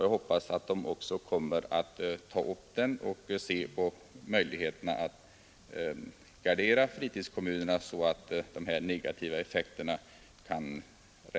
Jag hoppas att utredningen också kommer att ta upp den och undersöka möjligheterna att gardera fritidskommunerna mot dessa negativa effekter.